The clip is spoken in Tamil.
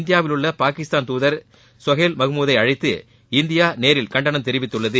இந்தியாவில் உள்ள பாகிஸ்தான் துதர் சொஹைல் மஹ்முதை அழைத்து இந்தியா நேரில் கண்டனம் தெரிவித்துள்ளது